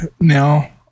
now